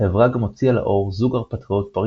החברה גם הוציאה לאור זוג הרפתקאות פרי